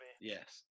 Yes